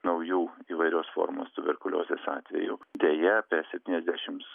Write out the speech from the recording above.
naujų įvairios formos tuberkuliozės atvejų deja apie septyniasdešimts